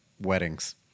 weddings